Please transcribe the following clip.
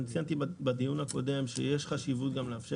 אני ציינתי בדיון הקודם שיש חשיבות גם בלאפשר